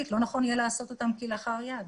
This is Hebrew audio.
ולא נכון יהיה לעשות אותם כלאחר יד.